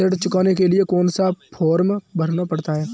ऋण चुकाने के लिए कौन सा फॉर्म भरना पड़ता है?